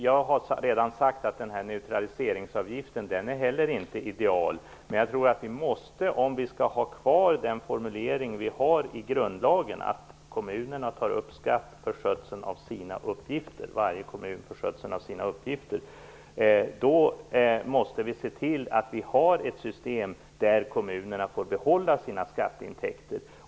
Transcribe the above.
Jag har redan sagt att neutraliseringsavgiften heller inte är idealisk. Men jag tror att varje kommun, om nuvarande formulering i grundlagen skall vara kvar, får ta upp skatt för skötseln av sina uppgifter. Då måste vi se till att vi har ett system där kommunerna får behålla sina skatteintäkter.